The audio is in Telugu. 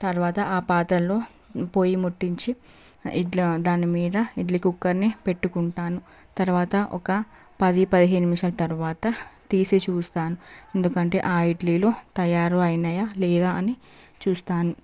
తర్వాత ఆ పాత్రలో పొయ్యి ముట్టించి ఇట్లా దానిమీద ఇడ్లీ కుక్కర్ని పెట్టుకుంటాను తర్వాత ఒక పది పదిహేను నిమిషాల తర్వాత తీసి చూస్తాను ఎందుకంటే ఆ ఇడ్లీలు తయారు అయినాయ లేదా అని చూస్తాను